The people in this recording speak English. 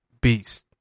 Beast